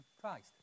Christ